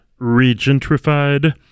regentrified